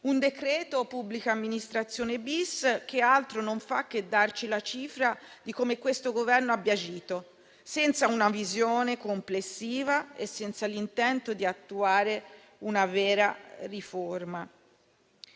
un decreto pubblica amministrazione-*bis*, che altro non fa che darci la cifra di come il Governo abbia agito, senza una visione complessiva e senza l'intento di attuare una vera riforma